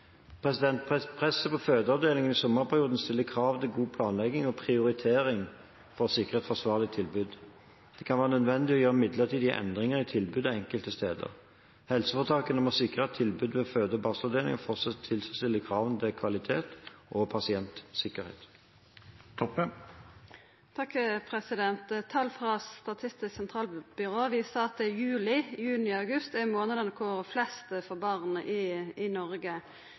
Presset på fødeavdelingene i sommerperioden stiller krav til god planlegging og prioritering for å sikre et forsvarlig tilbud. Det kan være nødvendig å gjøre midlertidige endringer i tilbudet enkelte steder. Helseforetakene må sikre at tilbudet ved føde- og barselavdelingene fortsatt tilfredsstiller kravene til kvalitet og pasientsikkerhet. Tal frå Statistisk sentralbyrå viser at juni, juli og august er månadene da flest får barn i Noreg. Eg synest det er bekymringsfullt at «Jordmor i